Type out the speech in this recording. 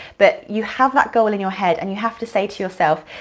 but you have that goal in your head and you have to say to yourself,